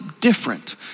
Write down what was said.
different